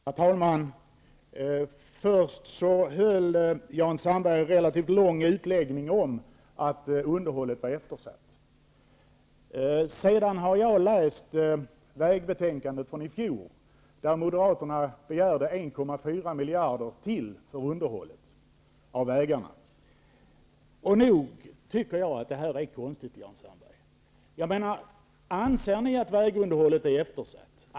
Herr talman! Först höll Jan Sandberg en relativt lång utläggning om att underhållet var eftersatt. Sedan har jag läst vägbetänkandet från i fjor, där Moderaterna begärde 1,4 miljarder ytterligare för underhållet av vägarna. Nog tycker jag att det här är konstigt, Jan Sandberg. Anser ni att vägunderhållet är eftersatt?